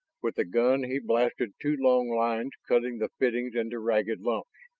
with the gun he blasted two long lines cutting the fittings into ragged lumps.